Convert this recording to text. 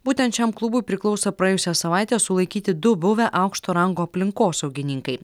būtent šiam klubui priklauso praėjusią savaitę sulaikyti du buvę aukšto rango aplinkosaugininkai